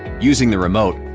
using the remote,